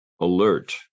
alert